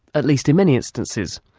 at least in many instances.